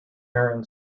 aaron